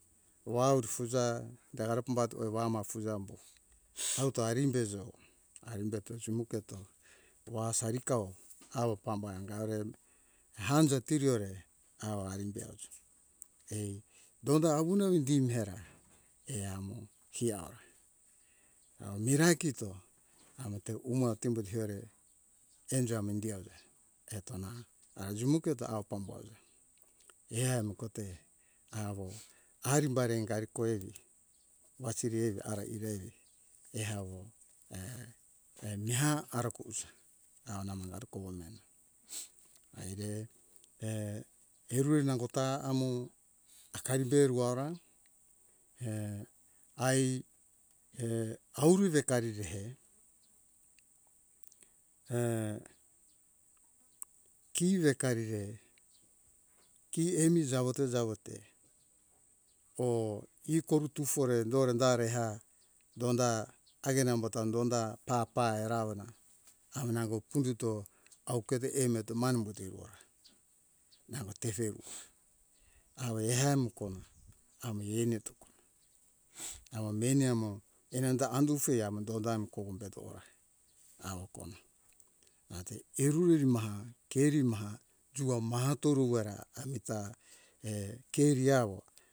Wa wut fuza terare pambat wa afuzu ambo auto arimbe zau arimbe to jumu keto wa sari kao awo pambai hakare hanje tiri ore awo arimbe oja ai donda awone dim hera eh amo he aura au mirai kito amute umo atim be tehore enjo amindi hoja eto na ara jimu keto au pamba joa ehami kote awo arimbari ingari koe wasiri ara ire ehawo err miha ara kuza au namo ari kovu mihena ire err eruri nango ta amo hakari be ruora err ai err auri vekari rehe err kire hekari re ki emi jawo te jawo te o ikoru tufore dore da dare ha donda hagen embo ta donda tapae raona amo nango purito auketo err meto manu umbuto ihora nango tifeu awo ehamu kona ami ani tukona awo meni amo ananda andu fe amo donda kohum beto ora awo kona ate iru riri maha keri maha tua maha turu wera amita err keri awo